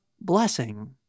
blessing